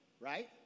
right